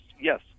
yes